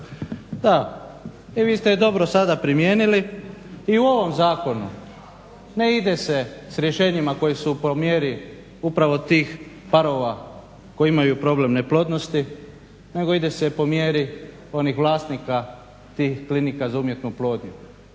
da, i vi ste je dobro sada primijenili i u ovom zakonu. Ne ide se s rješenjima koja su po mjeri upravo tih parova koji imaju problem neplodnosti nego ide se po mjeri onih vlasnika tih klinika za umjetnu oplodnju